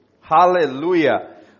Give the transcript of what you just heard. Hallelujah